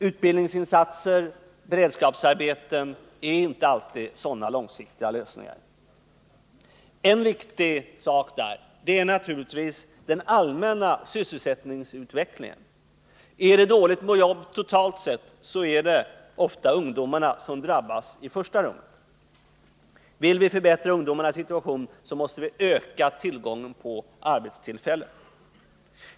Utbildningsinsatser och beredskapsarbeten är inte alltid sådana långsiktiga lösningar. En viktig sak där är naturligtvis den allmänna sysselsättningsutvecklingen. Är det dåligt med jobb totalt sett är det ofta ungdomarna som drabbas i första rummet. Vill vi förbättra ungdomarnas situation måste vi öka tillgången på arbete.